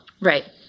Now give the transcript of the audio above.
Right